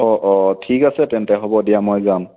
অঁ অঁ ঠিক আছে তেন্তে হ'ব দিয়া মই যাম